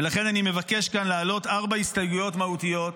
ולכן אני מבקש כאן לעלות ארבע הסתייגויות מהותיות,